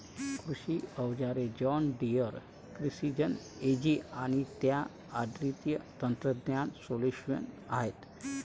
कृषी अवजारे John Deere precision ag आणि त्यात अद्वितीय तंत्रज्ञान सोल्यूशन्स आहेत